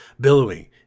billowing